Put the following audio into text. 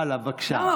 הלאה, בבקשה.